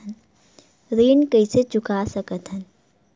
ऋण कइसे चुका सकत हन?